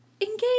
engage